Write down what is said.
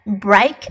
Break